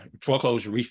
foreclosure